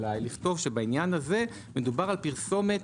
אולי לכתוב שבעניין הזה מדובר על פרסומת